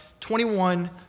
21